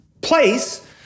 place